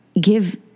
give